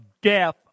death